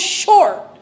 short